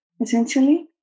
essentially